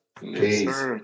Peace